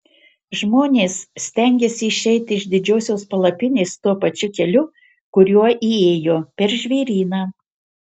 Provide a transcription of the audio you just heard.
žmonės stengiasi išeiti iš didžiosios palapinės tuo pačiu keliu kuriuo įėjo per žvėryną